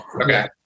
Okay